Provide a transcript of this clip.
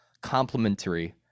complementary